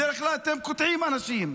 בדרך כלל אתם קוטעים אנשים.